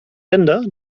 länder